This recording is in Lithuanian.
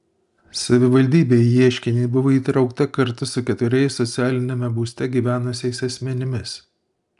savivaldybė į ieškinį buvo įtraukta kartu su keturiais socialiniame būste gyvenusiais asmenimis